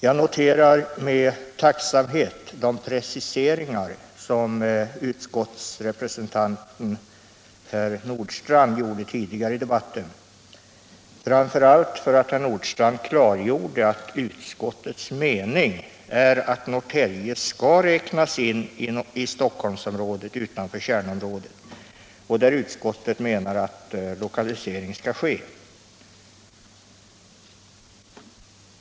Jag noterar med tacksamhet de preciseringar som utskottsrepresentanten herr Nordstrandh gjorde tidigare i debatten, framför allt för att herr Nordstrandh klargjorde att utskottets mening är att Norrtälje skall räknas in i Stockholmsområdet utanför kärnområdet — där utskottet menar att lokalisering skall ske.